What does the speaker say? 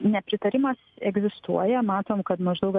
nepritarimas egzistuoja matom kad maždaug